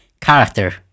character